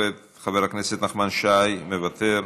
חבר הכנסת נחמן שי, מוותר,